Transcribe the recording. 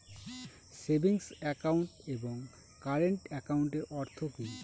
Savings account এবং current একাউন্টের অর্থ কি?